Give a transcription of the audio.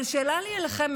אבל שאלה לי אליכם,